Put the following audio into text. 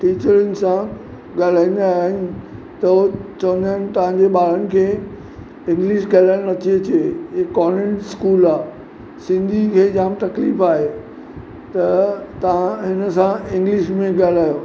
टिचरियुनि सां ॻाल्हाईंदा आहिनि त चवंदा आहिनि तव्हांजे ॿारनि खे इंग्लिश ॻाल्हाइण नथी अचे इहे कॉन्वेंट स्कूल आहे सिंधी में जाम तकलीफ़ आहे त तव्हां इन सां इंग्लिश में ॻाल्हायो